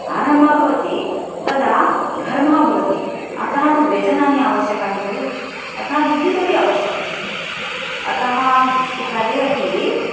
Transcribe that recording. आरम्भः भवति तदा घर्मः भवति अतः तु व्यजनानि आवश्यकानि खलु अतः विद्युत् अपि आवश्यकी अतः वृष्टिकाले अपि